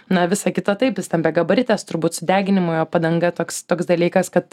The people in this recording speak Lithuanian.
na visa kita taip į stambiagabarites turbūt sudeginimui o padanga toks toks dalykas kad